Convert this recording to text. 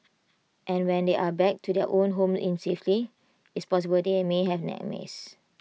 and when they are back to their own home in safety it's possible they may have nightmares